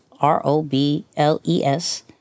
R-O-B-L-E-S